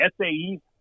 SAE